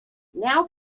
now